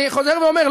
אני חוזר ואומר,